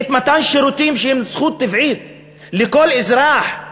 מתן שירותים שהם זכות טבעית לכל אזרח?